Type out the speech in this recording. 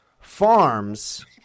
Farms